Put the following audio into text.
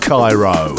Cairo